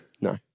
No